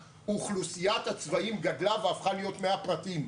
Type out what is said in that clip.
אוכלוסיית הצבאים גדלה והפכה להיות מאה פרטים.